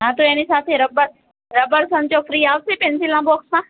હા તો એની સાથે રબર રબર સંચો ફ્રી આવશે પેન્સિલનાં બોક્સમાં